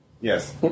Yes